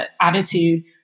attitude